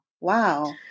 Wow